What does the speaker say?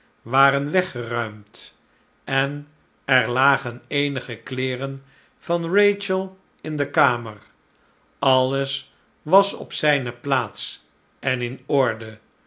waren weggeruimd en er lagen eenige kleeren van rachel in de kamer alles was op zijne plaats en in orde